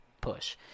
push